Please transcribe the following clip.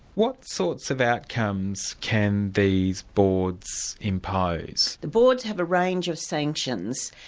what sorts of outcomes can these boards impose? the boards have a range of sanctions.